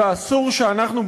ואסור שאנחנו,